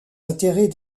intérêts